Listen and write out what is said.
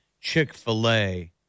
Chick-fil-A